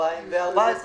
ב-2014 שינו,